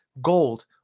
gold